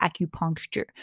acupuncture